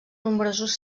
nombrosos